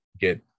get